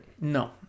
No